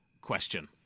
question